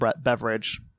beverage